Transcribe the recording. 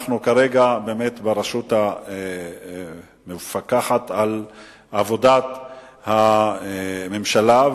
אנחנו כרגע ברשות המפקחת על עבודת הממשלה,